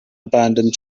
abandoned